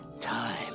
time